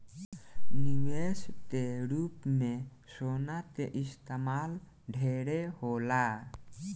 निवेश के रूप में सोना के इस्तमाल ढेरे होला